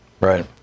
Right